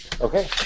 Okay